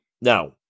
now